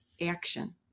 action